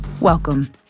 welcome